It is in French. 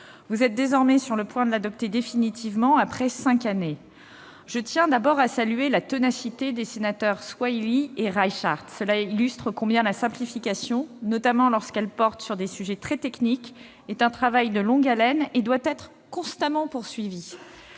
Vous êtes aujourd'hui sur le point de l'adopter définitivement. Je tiens d'abord à saluer la ténacité des sénateurs Thani Mohamed Soilihi et André Reichardt, qui illustre combien la simplification, notamment lorsqu'elle porte sur des sujets très techniques, est un travail de longue haleine et doit être constamment poursuivie.